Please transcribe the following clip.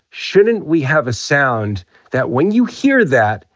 shouldn't we have a sound that, when you hear that,